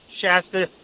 Shasta